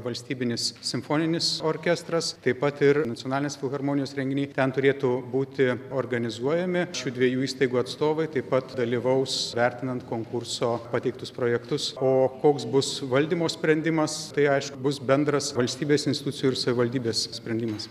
valstybinis simfoninis orkestras taip pat ir nacionalinis filharmonijos renginy ten turėtų būti organizuojami šių dviejų įstaigų atstovai taip pat dalyvaus vertinant konkurso pateiktus projektus o koks bus valdymo sprendimas tai aišku bus bendras valstybės institucijų ir savivaldybės sprendimas